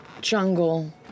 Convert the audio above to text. jungle